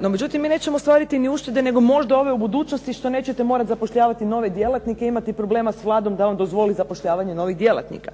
No međutim mi nećemo ostvariti ni uštede, nego možda ove u budućnosti što nećete morati zapošljavati nove djelatnike i imati problema sa Vladom da li dozvolit zapošljavanje novih djelatnika.